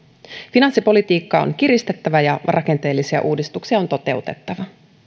finanssipolitiikkaa on kiristettävä ja rakenteellisia uudistuksia on toteutettava